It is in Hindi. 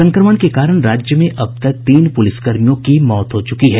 संक्रमण के कारण राज्य में अब तक तीन पुलिस कर्मियों की मौत हो चुकी है